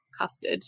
custard